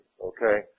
okay